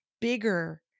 bigger